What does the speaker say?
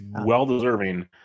well-deserving